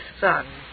Son